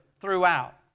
throughout